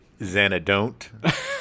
Xanadont